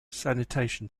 sanitation